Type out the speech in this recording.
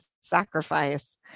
sacrifice